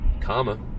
karma